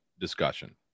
discussion